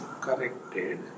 corrected